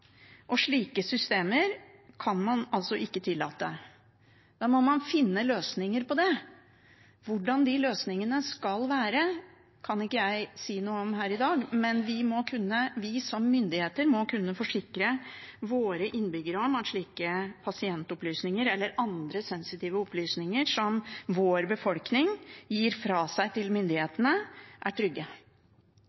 Slike systemer kan man ikke tillate. Da må man finne løsninger på det. Hvordan de løsningene skal være, kan ikke jeg si noe om her i dag, men vi som myndigheter må kunne forsikre våre innbyggere om at slike pasientopplysninger – eller andre sensitive opplysninger som vår befolkning gir fra seg til